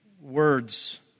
words